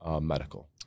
medical